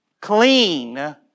clean